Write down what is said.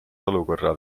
olukorra